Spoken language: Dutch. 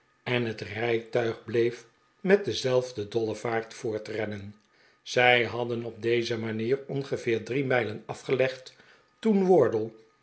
en het rijtuig bleef met dezelfde dolle vaart voortrennen zij hadden op deze manier ongeveer drie mijlen afgelegd toen wardle